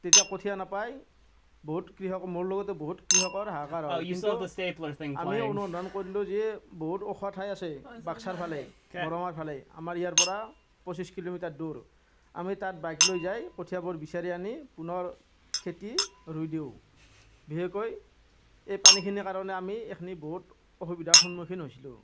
তেতিয়া কঠীয়া নাপাই বহুত কৃষক মোৰ লগতে বহুত কৃষকৰ হাহাকাৰ হ'ল কিন্তু আমি অনুসন্ধান কৰিলোঁ যে বহুত ওখ ঠাই আছে বাক্সাৰ ফালে বৰমাৰ ফালে আমাৰ ইয়াৰ পৰা পঁচিছ কিলোমিটাৰ দূৰ আমি তাত বাইক লৈ যাই কঠীয়াবোৰ বিচাৰি আনি পুনৰ খেতি ৰুই দিওঁ বিশেষকৈ এই পানীখিনিৰ কাৰণে আমি এইখিনি বহুত অসুবিধাৰ সন্মুখীন হৈছিলোঁ